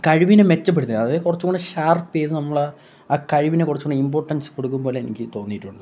കഴിവിനെ മെച്ചപ്പെടുത്തുക അത് കുറച്ചും കൂടെ ഷാർപ്പ് ചെയ്തു നമ്മൾ ആ ആ കഴിവിനെ കുറച്ചു കൂടി ഇമ്പോർട്ടൻസ് കൊടുക്കും പോലെ എനിക്ക് തോന്നിയിട്ടുള്ളൂ